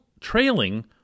trailing